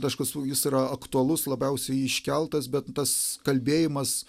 aišku jis yra aktualus labiausiai iškeltas bet tas kalbėjimas